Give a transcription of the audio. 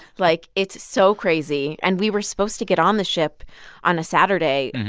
like, it's so crazy. and we were supposed to get on the ship on a saturday.